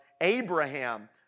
Abraham